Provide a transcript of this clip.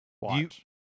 watch